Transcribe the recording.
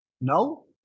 no